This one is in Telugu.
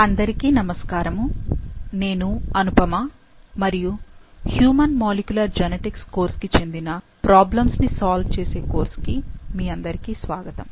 అందరికీ నమస్కారము నేను అనుపమ మరియు హ్యూమన్ మాలిక్యులర్ జెనెటిక్స్ కోర్సుకు చెందిన ప్రాబ్లమ్స్ ని సాల్వ్ చేసే కోర్స్ కు మీ అందరికీ స్వాగతం